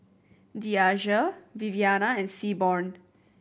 Deasia Viviana and Seaborn